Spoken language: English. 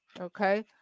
Okay